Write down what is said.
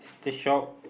the shop